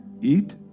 eat